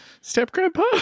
Step-grandpa